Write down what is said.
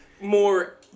more